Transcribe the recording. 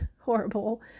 horrible